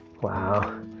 Wow